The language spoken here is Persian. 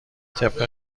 طبق